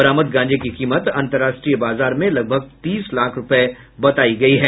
बरामद गांजा की कीमत अंतरराष्ट्रीय बाजार में लगभग तीस लाख रुपए बतायी गयी है